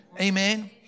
Amen